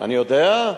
אני יודע.